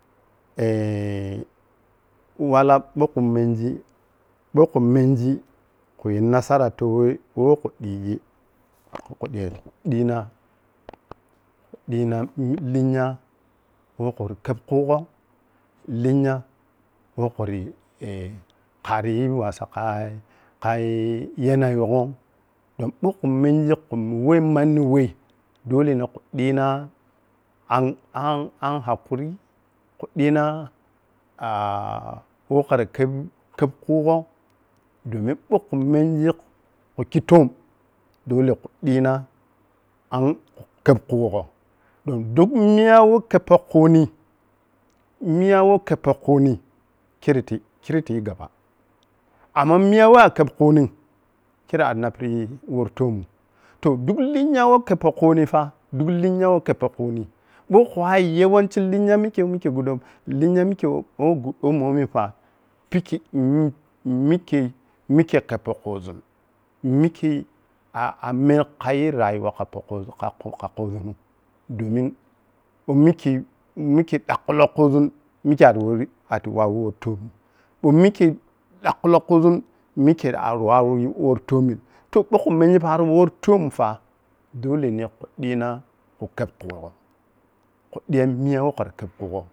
wale ɓou khu mendi bou khu menji khu yu nasara tukhui who khu digi kude, za khu dina khu diina khu dina lenya weh khara worri keb khugho, lenya woh khu worri khariyi wasa khai khai yamina ghom don ɓou khu menji khu mun wei manni weh dole ne khe diina a’ng-a’n-a’ng hakuri, khu diina woh khara kebkhugho domin ɓou ku mengi khu khi toom dole khe dii na a’ng kebkhugho don duk miya woh kab pou khuni, miya who kebpou khuni karre kere tiyi gaba amma miya woh kab pou khuni, miya woh kebpou khuni kerre kere tiyi gaba amma miya woh akebehna nim kerre arri napri woh toonrn toh duek linya woh kebpo khuni fa-duk linya woh kebpo khuni ɓou hu wawo yawano linya mikke who gbuddou linya mikke wo gbuddou bomifa pikkeh mik pikke mikke-mikkei kebpo khu zun-mikkei a-ameikayi rayuwa khapohkhuzun-kha-khakuzunem domin bou mikke-mikke dakkulou khuzun mike arri worri ɓa tu woh wa toom ɓou mikke ƌakkulou khezun mike arri wawi yu worri toomin toh ɓou ku mengi pari worri toom ta dole ne khu dii na khu keb khu gho khu diyani miya we khura keb khugho,